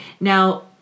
Now